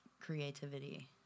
creativity